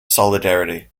solidarity